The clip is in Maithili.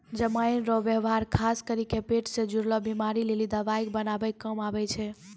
जमाइन रो वेवहार खास करी के पेट से जुड़लो बीमारी लेली दवाइ बनाबै काम मे आबै छै